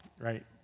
right